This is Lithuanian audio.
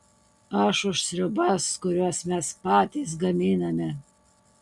aš už sriubas kurias mes patys gaminame